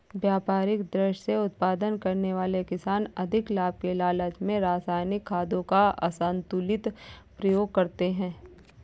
व्यापारिक दृष्टि से उत्पादन करने वाले किसान अधिक लाभ के लालच में रसायनिक खादों का असन्तुलित प्रयोग करते हैं